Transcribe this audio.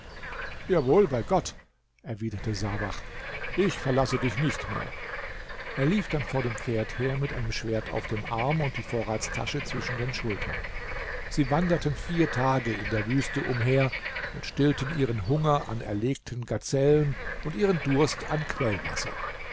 jawohl bei gott erwiderte sabach ich verlasse dich nicht mehr er lief dann vor dem pferd her mit einem schwert auf dem arm und die vorratstasche zwischen den schultern sie wanderten vier tage in der wüste umher und stillten ihren hunger an erlegten gazellen und ihren durst an quellwasser